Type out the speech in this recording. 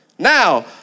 Now